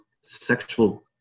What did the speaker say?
sexual